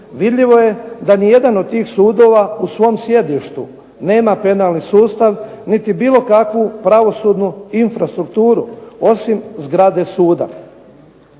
vidljivo je da nijedan od tih sudova u svom sjedištu nema penalni sustav niti bilo kakvu pravosudnu infrastrukturu osim zgrade suda.